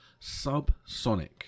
Subsonic